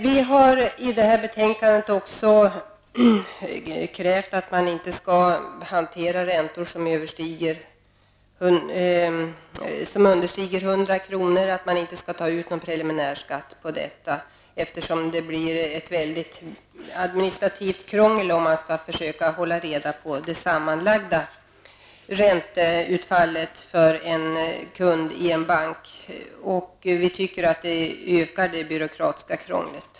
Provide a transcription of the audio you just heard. Vi har i det här betänkandet krävt att någon preliminär skatt inte skall tas ut på räntor som understiger 100 kr., eftersom det blir ett administrativt krångel när banken skall försöka hålla reda på det sammanlagda ränteutfallet för en kund. Vi tycker att ett sådant förfarande skulle öka det byråkratiska krånglet.